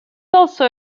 also